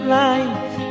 life